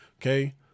Okay